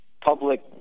public